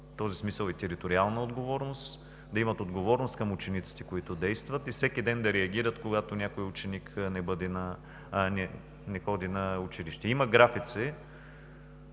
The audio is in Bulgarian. този смисъл и териториална отговорност, да имат отговорност към учениците, които действат, и всеки ден да реагират, когато някой ученик не ходи на училище. Има графици